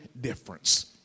difference